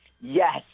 Yes